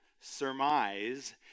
surmise